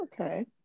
Okay